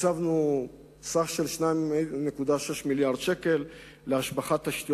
הקצבנו 2.6 מיליארדי שקלים להשבחת תשתיות